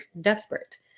desperate